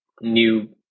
new